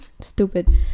stupid